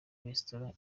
resitora